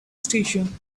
station